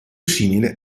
simile